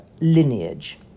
lineage